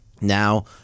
now